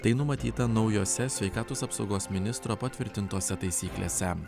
tai numatyta naujose sveikatos apsaugos ministro patvirtintose taisyklėse